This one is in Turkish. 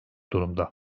durumda